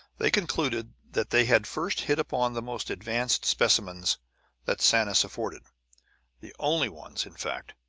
they concluded that they had first hit upon the most advanced specimens that sanus afforded the only ones, in fact,